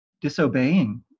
disobeying